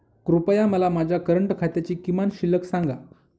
कृपया मला माझ्या करंट खात्याची किमान शिल्लक सांगा